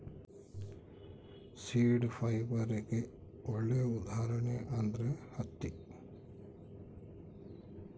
seed ಫೈಬರ್ಗೆ ಒಳ್ಳೆ ಉದಾಹರಣೆ ಅಂದ್ರೆ ಹತ್ತಿ